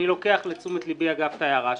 אני לוקח לתשומת ליבי, אגב, את ההערה שלך.